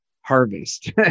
harvest